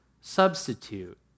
substitute